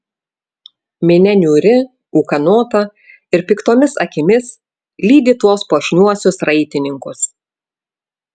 minia niūri ūkanota ir piktomis akimis lydi tuos puošniuosius raitininkus